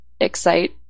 excite